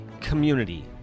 community